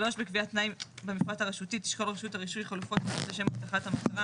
3. בקביעת תנאי במפרט הרשותי תשקול רשות הרישוי חלופות לשם הבטחת המטרה